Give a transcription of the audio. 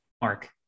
Mark